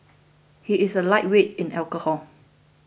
he is a lightweight in alcohol